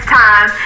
time